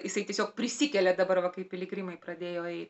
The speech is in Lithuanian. jisai tiesiog prisikelia dabar va kai piligrimai pradėjo eit